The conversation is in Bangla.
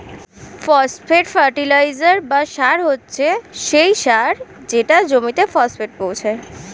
ফসফেট ফার্টিলাইজার বা সার হচ্ছে সেই সার যেটা জমিতে ফসফেট পৌঁছায়